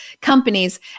companies